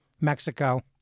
Mexico